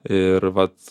ir vat